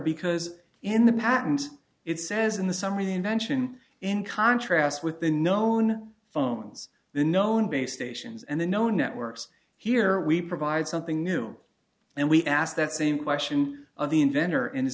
because in the patent it says in the summer the invention in contrast with the known phones the known base stations and the known networks here we provide something new and we asked that same question of the inventor in his